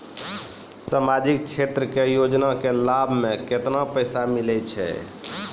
समाजिक क्षेत्र के योजना के लाभ मे केतना पैसा मिलै छै?